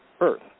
earth